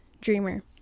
dreamer